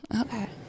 Okay